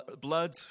Blood